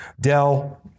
Dell